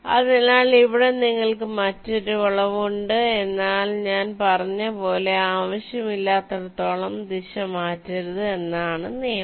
അതിനാൽ ഇവിടെ നിങ്ങൾക്ക് മറ്റൊരു വളവ് ഉണ്ട് എന്നാൽ ഞാൻ പറഞ്ഞതുപോലെ ആവശ്യമില്ലാത്തിടത്തോളം ദിശ മാറ്റരുത് എന്നതാണ് നിയമം